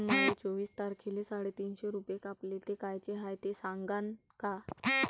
माये चोवीस तारखेले साडेतीनशे रूपे कापले, ते कायचे हाय ते सांगान का?